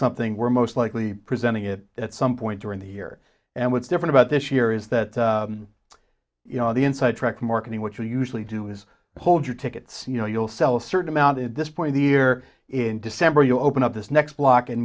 something we're most likely presenting it at some point during the year and what's different about this year is that you know the inside track marketing what you usually do is hold your tickets you know you'll sell a certain amount at this point the year in december you open up this next block and